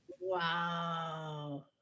Wow